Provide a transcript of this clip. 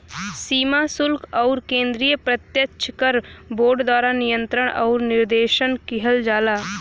सीमा शुल्क आउर केंद्रीय प्रत्यक्ष कर बोर्ड द्वारा नियंत्रण आउर निर्देशन किहल जाला